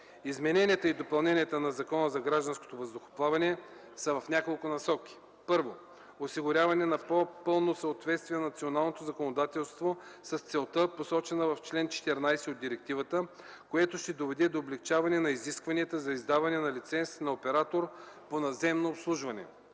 Измененията и допълненията в Закона за гражданското въздухоплаване са в няколко насоки: 1. Осигуряване на по-пълно съответствие на националното законодателство с целта, посочена в чл. 14 от директивата, което ще доведе до облекчаване на изискванията за издаване на лиценз за оператор по наземно обслужване.